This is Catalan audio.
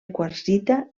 quarsita